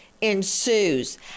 ensues